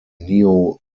neo